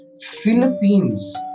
Philippines